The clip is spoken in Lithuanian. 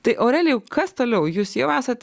tai aurelijau kas toliau jūs jau esat